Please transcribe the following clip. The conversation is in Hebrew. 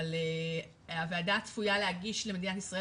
אבל הוועדה צפויה להגיש למדינת ישראל